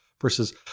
versus